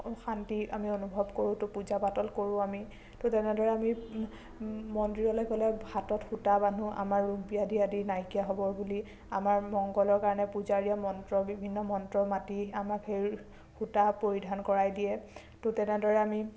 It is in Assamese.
শান্তি আমি অনুভৱ কৰো ত পূজা পাতল কৰো আমি ত তেনেদৰে আমি মন্দিৰলে গ'লে হাতত সূতা বান্ধো আমাৰ ৰোগ ব্যাধি আদি নাইকীয়া হ'ব বুলি আমাৰ মংগলৰ কাৰণে পূজাৰীয়ে মন্ত্ৰ বিভিন্ন মন্ত্ৰ মাতি আমাক সেই সূতা পৰিধান কৰাই দিয়ে ত তেনেদৰে আমি